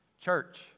Church